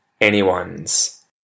Anyone's